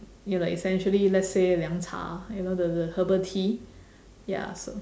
ya like essentially let's say 凉茶 you know the the herbal tea ya so